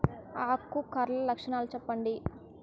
ఆకు కర్ల లక్షణాలు సెప్పండి